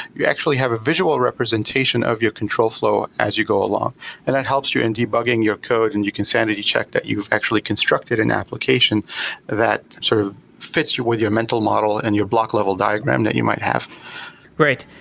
you actually have a visual representation of your control flow as you go along, and that helps you in debugging your code and you can sanity check that you've actually constructed an application that sort of fits with your mental model and your block level diagram that you might have great.